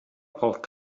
braucht